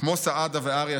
כמו סעדה וארי,